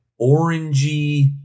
orangey